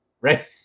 right